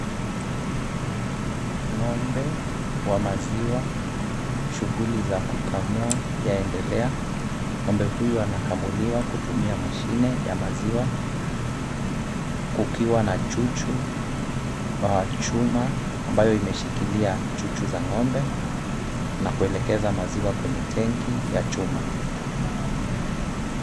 Ng'ombe wa maziwa, shughuli za kukamua yaendelea. Ng'ombe huyu anakamuliwa kutumia mashine ya maziwa, kukiwa na chuchu, machuma ambayo imeshikilia chuchu za ng'ombe, na kuelekeza maziwa kwenye tenki ya chuma.